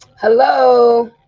Hello